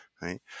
right